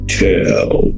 tell